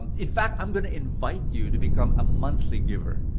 in fact, i'm going to invite you to become a monthly giver.